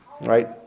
right